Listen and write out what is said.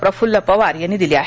प्रफुल्ल पवार यांनी दिली आहे